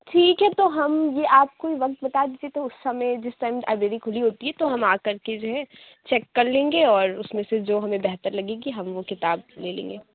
ٹھیک ہے تو ہم یہ آپ کوئی وقت بتا دیجیے تو اُس سمعے جس ٹائم لائبریری کُھلی ہوتی ہے تو ہم آ کر کے جو ہے چیک کر لیں گے اور اُس میں سے جو ہمیں بہتر لگے گی ہم وہ کتاب لے لیں گے